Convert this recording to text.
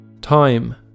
time